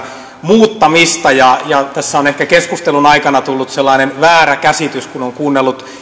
muuttamista tässä on ehkä keskustelun aikana tullut sellainen väärä käsitys kun on kuunnellut